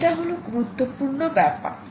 এটা হল গুরুত্বপূর্ণ ব্যাপার